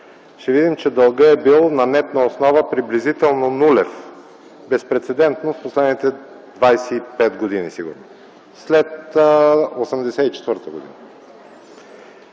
ще видим, че дългът е бил на нетна основа, приблизително нулев – безпрецедентно в последните 25 години, след 1984 г.